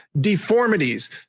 deformities